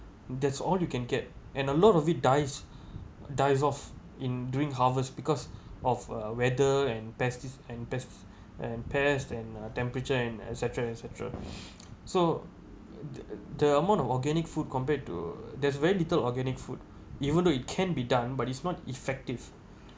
that's all you can get and a lot of it dies dies off in during harvest because of uh weather and pest and pests and pest and temperature and et cetera et cetera so the amount of organic food compared to there's very little organic food even though it can be done but it's not effective